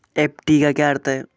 FD का अर्थ क्या है?